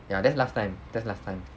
ya that's last time that's last time